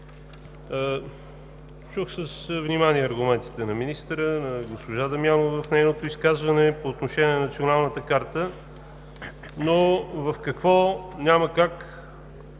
Чух с внимание аргументите на министъра, на госпожа Дамянова в нейното изказване, по отношение на Националната карта, но в какво няма как